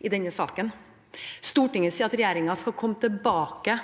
i denne saken. Stortinget sier at regjeringen skal komme tilbake